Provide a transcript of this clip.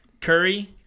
Curry